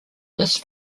this